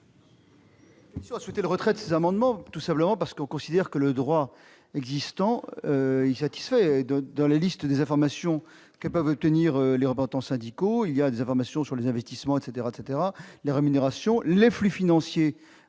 La commission souhaite le retrait de ces amendements, car elle considère que le droit existant y satisfait. Dans les listes des informations que peuvent obtenir les représentants syndicaux, on trouve les informations sur les investissements, les rémunérations, les flux financiers